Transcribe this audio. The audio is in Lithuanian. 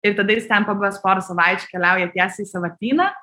ir tada jis ten pabuvęs pora savaičių keliauja tiesiai į sąvartyną